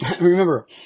remember